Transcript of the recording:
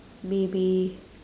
maybe